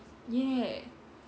ya